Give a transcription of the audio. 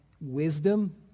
wisdom